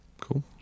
Cool